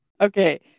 Okay